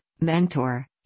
mentor